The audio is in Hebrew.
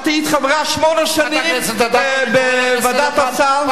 את היית חברה שמונה שנים בוועדת הסל.